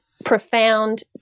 profound